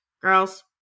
girls